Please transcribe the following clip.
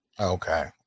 Okay